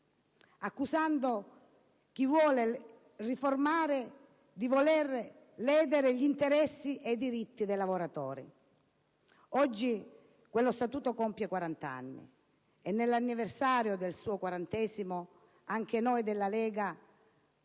accusando chi lo vuole riformare di voler ledere gli interessi ed i diritti dei lavoratori. Oggi quello Statuto compie 40 anni. E nel suo 40° anniversario anche noi della Lega